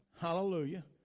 Hallelujah